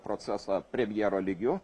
procesą premjero lygiu